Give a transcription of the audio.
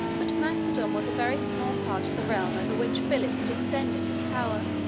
but macedon was a very small part of the realm over which philip had extended his power.